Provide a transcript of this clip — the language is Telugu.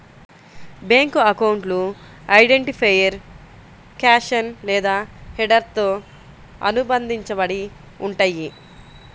బ్యేంకు అకౌంట్లు ఐడెంటిఫైయర్ క్యాప్షన్ లేదా హెడర్తో అనుబంధించబడి ఉంటయ్యి